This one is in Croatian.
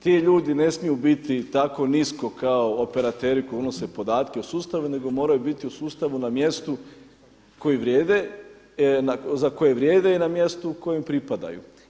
Ti ljudi ne smiju biti tako nisko kao operateri koji unose podatke u sustave, nego moraju biti u sustavu na mjestu koji vrijede, za koje vrijede i na mjestu kojem pripadaju.